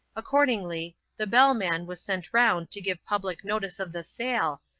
accordingly, the bellman was sent round to give public notice of the sale,